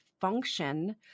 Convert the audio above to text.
function